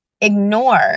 ignore